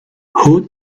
who